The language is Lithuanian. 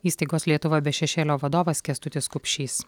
įstaigos lietuva be šešėlio vadovas kęstutis kupšys